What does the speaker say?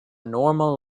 normal